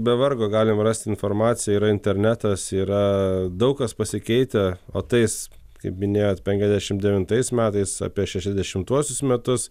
be vargo galime rast informaciją yra internetas yra daug kas pasikeitę o tais kaip minėjot penkiasdešimt devintais metais apie šešiasdešimtuosius metus